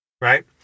right